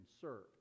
serve